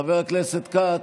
חבר הכנסת כץ,